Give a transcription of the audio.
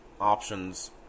options